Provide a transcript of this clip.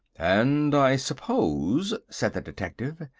and i suppose, said the detective,